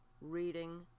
reading